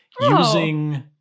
using